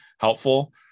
helpful